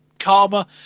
Karma